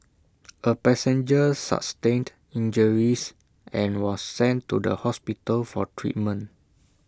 A passenger sustained injuries and was sent to the hospital for treatment